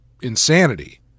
insanity